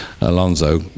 Alonso